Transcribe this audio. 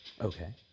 Okay